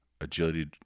agility